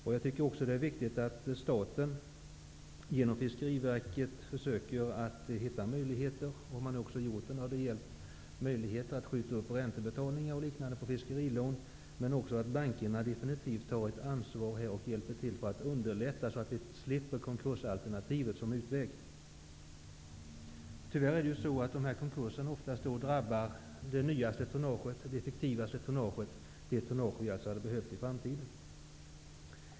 Det är också viktigt att staten genom Fiskeriverket försöker att hitta möjligheter att undvika detta, och man har också gjort det genom att ge möjlighet till uppskjutning av räntebetalningar för fiskerilån. Bankerna har också definitivt tagit ett ansvar för att man skall slippa konkursalternativet. Tyvärr drabbar konkurserna ofta det nyaste och effektivaste tonnaget, som vi hade behövt för framtiden.